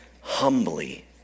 humbly